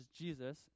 Jesus